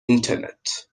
internet